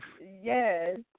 Yes